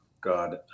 God